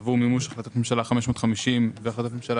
עבור מימוש החלטת ממשלה 550 והחלטת ממשלה